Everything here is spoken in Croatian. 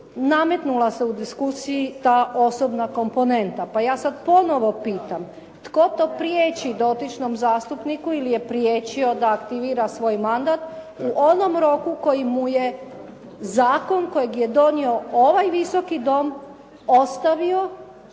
nametnula se u diskusiji ta osobna komponenta, pa ja sad ponovo pitam tko to priječi dotičnom zastupniku ili je priječio da aktivira svoj mandat u onom roku koji mu je zakon kojeg je donio ovaj Visoki dom ostavio